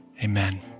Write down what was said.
amen